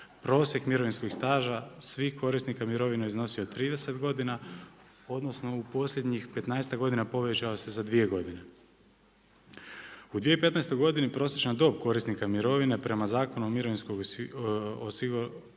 Prosjek mirovinskog staža, svih korisnika mirovina iznosio je 30 godina, u posljednjih 15-tak godina povećao se za dvije godine. U 2015. godini prosječan dob korisnika mirovne prema Zakonu o mirovinskom osiguranju,